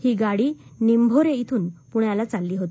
ही गाडी निभोरे इथून पुण्याला चालली होती